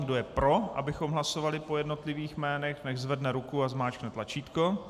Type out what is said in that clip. Kdo je pro, abychom hlasovali po jednotlivých jménech, nechť zvedne ruku a zmáčkne tlačítko.